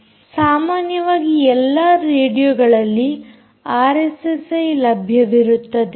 ಸಾಮಾನ್ಯವಾಗಿ ಎಲ್ಲಾ ರೇಡಿಯೊಗಳಲ್ಲಿ ಆರ್ಎಸ್ಎಸ್ಐ ಲಭ್ಯವಿರುತ್ತದೆ